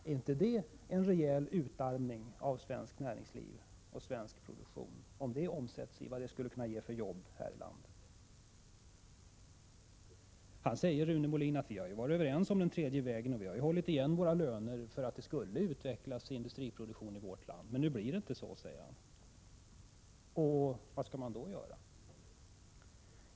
Är inte det en rejäl utarmning av svenskt näringsliv och svensk produktion, om det omsätts i hur många jobb det skulle ge här i landet? Rune Molin säger att man varit överens om den tredje vägen och hållit igen lönerna för att industriproduktion skulle utvecklas i vårt land. Men nu blir det inte så, säger han. Vad skall man då göra?